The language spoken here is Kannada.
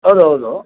ಹೌದು ಹೌದು